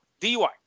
DUI